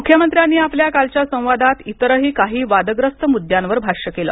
मुख्यमंत्र्यांनी आपल्या कालच्या संवादात इतरही काही वादग्रस्त मुद्द्यांवर भाष्य केलं